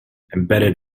embedded